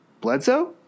Bledsoe